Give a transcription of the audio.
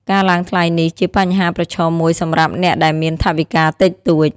ការឡើងថ្លៃនេះជាបញ្ហាប្រឈមមួយសម្រាប់អ្នកដែលមានថវិកាតិចតួច។